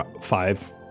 five